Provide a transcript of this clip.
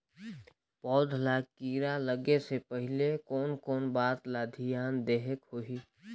पौध ला कीरा लगे से पहले कोन कोन बात ला धियान देहेक होही?